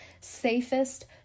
safest